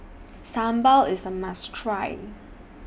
Sambal IS A must Try